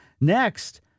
Next